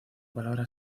palabra